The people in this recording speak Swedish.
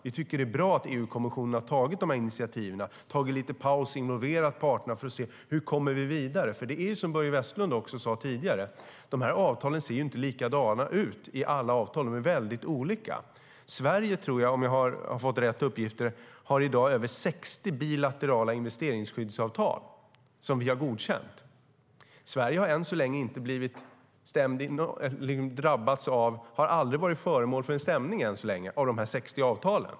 Vi tycker att det är bra att EU-kommissionen har tagit dessa initiativ, att man har tagit lite paus och involverat parterna för att se hur man kommer vidare. Det är nämligen så, vilket Börje Vestlund också sade tidigare, att alla de här avtalen inte ser likadana ut. De är väldigt olika. Sverige har i dag, om jag har fått rätt uppgifter, över 60 bilaterala investeringsskyddsavtal som vi har godkänt. Sverige har än så länge aldrig varit föremål för en stämning när det gäller dessa 60 avtal.